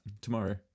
tomorrow